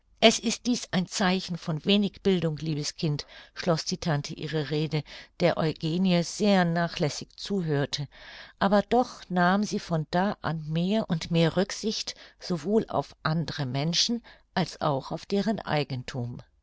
es ist dies ein zeichen von wenig bildung liebes kind schloß die tante ihre rede der eugenie sehr nachlässig zuhörte aber doch nahm sie von da an mehr und mehr rücksicht sowohl auf andere menschen als auch auf deren eigenthum